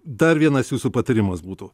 dar vienas jūsų patarimas būtų